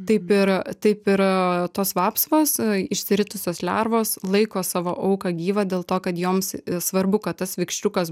taip ir taip ir tos vapsvos išsiritusios lervos laiko savo auką gyvą dėl to kad joms svarbu kad tas vikšriukas